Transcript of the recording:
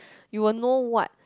you will know what